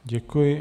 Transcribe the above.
Děkuji.